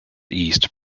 east